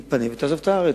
תתפנה ותעזוב את הארץ.